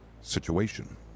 situation